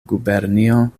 gubernio